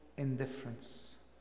Indifference